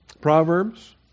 Proverbs